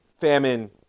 famine